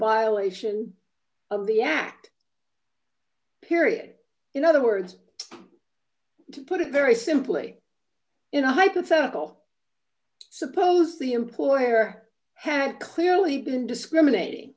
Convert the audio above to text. while ation of the act period in other words to put it very simply in a hypothetical suppose the employer had clearly been discriminating